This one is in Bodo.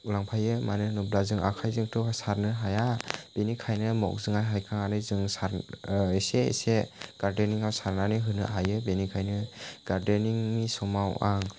लांफायो मानो होनोब्ला जों आखाइजोंथ' सारनो हाया बेनिखाइनो मगजों हाइखांनानै जों सार इसे इसे गारदेनिंयाव सारनानै होनो हायो बेनिखायनो गारदेनिंनि समाव आं